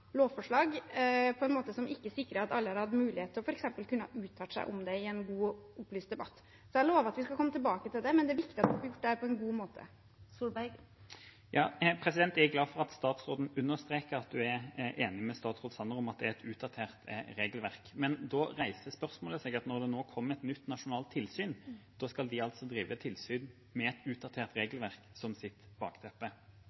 lovforslag på en måte som ikke sikrer at alle har mulighet til f.eks. å kunne uttale seg om det i en god og opplyst debatt. Jeg lover at vi skal komme tilbake til det, men det er viktig at vi får gjort dette på en god måte. Jeg er glad for at statsråden understreker at hun er enig med statsråd Sanner i at det er et utdatert regelverk. Men da reiser spørsmålet seg: Når det nå kommer et nytt nasjonalt tilsyn, skal de altså drive tilsyn med et utdatert